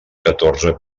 catorze